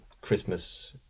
Christmas